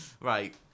right